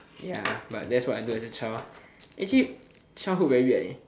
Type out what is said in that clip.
ya but that's what I do as a child actually childhood very weird eh